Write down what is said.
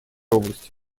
области